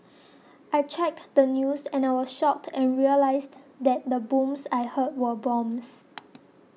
I checked the news and I was shocked and realised that the booms I heard were bombs